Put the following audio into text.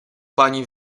pani